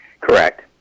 Correct